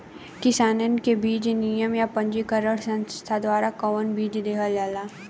किसानन के बीज निगम या पंजीकृत संस्था द्वारा कवन बीज देहल जाला?